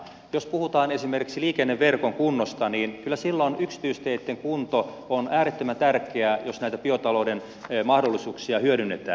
jos puhutaan esimerkiksi liikenneverkon kunnosta niin kyllä silloin yksityisteitten kunto on äärettömän tärkeä jos näitä biotalouden mahdollisuuksia hyödynnetään